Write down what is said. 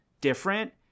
different